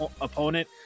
opponent